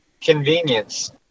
Convenience